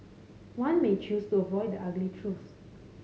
one may choose to avoid the ugly truths